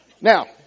Now